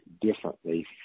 differently